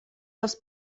els